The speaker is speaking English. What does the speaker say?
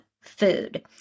food